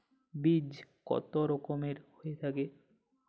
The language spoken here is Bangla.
বীজ কত রকমের হয়ে থাকে?